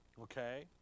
Okay